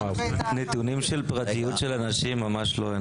נתונים של פרטיות של אנשים ממש לא.